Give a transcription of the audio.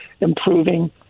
improving